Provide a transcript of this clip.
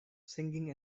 singing